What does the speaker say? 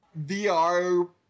VR